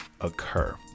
occur